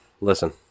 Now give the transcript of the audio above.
listen